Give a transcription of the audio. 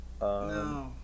No